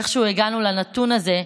איכשהו הגענו לנתון הזה,